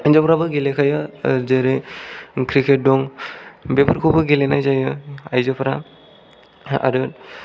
हिनजावफ्राबो गेलेखायो जेरै क्रिकेट दं बेफोरखौबो गेलेनाय जायो आयजोफोरा आरो